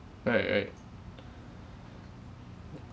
right right